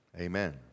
Amen